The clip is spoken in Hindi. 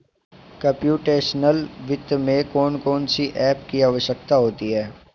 कंप्युटेशनल वित्त में कौन कौन सी एप की आवश्यकता होती है